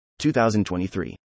2023